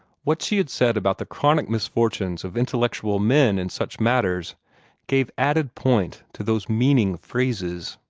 what she had said about the chronic misfortunes of intellectual men in such matters gave added point to those meaning phrases.